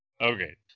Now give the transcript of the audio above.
Okay